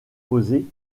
posé